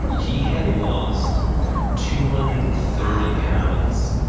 he had lost two hundred and thirty pounds!